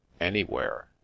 Anywhere